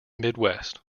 midwest